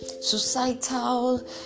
societal